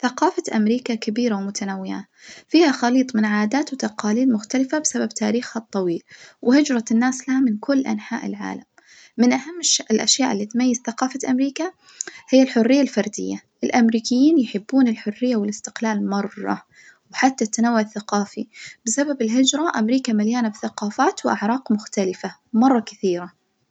ثقافة أمريكا كبيرة ومتنوعة، فيها خليط من عادات وتقاليد مختلفة بسبب تاريخها الطويل وهجرة الناس لها من كل أنحاء العالم من أهم الش- الأشياء اللي تميز ثقافة أمريكا هي الحرية الفردية، الأمريكيين يحبون الحرية والاستقلال مرة، وحتى التنوع الثقافي، بسبب الهجرة أمريكا مليانة بثقافات وأعراق مختلفة مرة كثيرة.